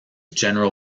general